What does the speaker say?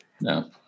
No